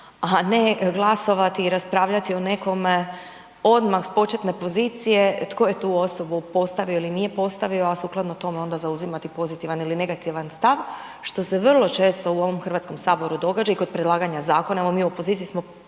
a ne glasovati i raspravljati o nekome odmah s početne pozicije tko je tu osobu postavio ili nije postavio a sukladno tome onda zauzimati pozitivan ili negativan stav što se vrlo često u ovom Hrvatskom saboru događa i kod predlaganja zakona. Evo mi u opoziciji smo